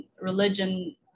religion